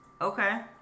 Okay